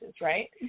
right